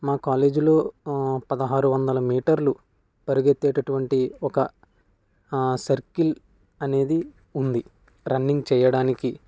మా కాలేజీలో పదహారు వందల మీటర్లు పరిగెత్తె అటువంటి ఒక సర్కిల్ అనేది ఉంది రన్నింగ్ చేయడానికి